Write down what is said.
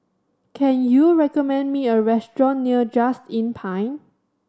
can you recommend me a restaurant near Just Inn Pine